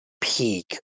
peak